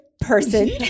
person